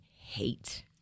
hate